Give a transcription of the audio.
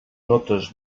notes